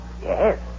Yes